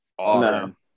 No